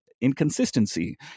inconsistency